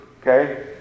okay